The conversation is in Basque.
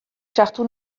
sartu